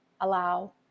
allow